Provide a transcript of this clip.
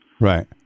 Right